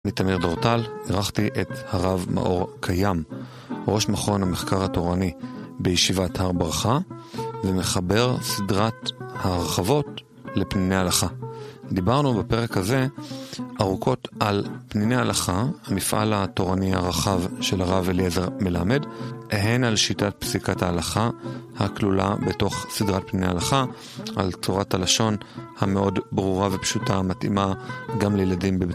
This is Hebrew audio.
אני תמיר דורטל, אירחתי את הרב מאור קיים, ראש מכון המחקר התורני בישיבת הר ברכה ומחבר סדרת ההרחבות לפניני הלכה. דיברנו בפרק הזה ארוכות על פניני הלכה, המפעל התורני הרחב של הרב אליעזר מלמד, הן על שיטת פסיקת ההלכה הכלולה בתוך סדרת פניני הלכה, על צורת הלשון המאוד ברורה ופשוטה, מתאימה גם לילדים.